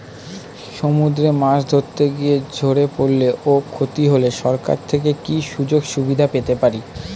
সমুদ্রে মাছ ধরতে গিয়ে ঝড়ে পরলে ও ক্ষতি হলে সরকার থেকে কি সুযোগ সুবিধা পেতে পারি?